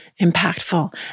impactful